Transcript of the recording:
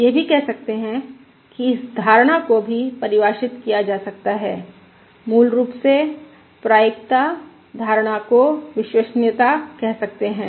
यह भी कह सकते हैं कि इस धारणा को भी परिभाषित किया जा सकता है मूल रूप से प्रायिकता धारणा को विश्वसनीयता कह सकते है